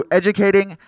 educating